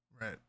Right